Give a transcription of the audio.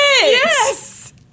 Yes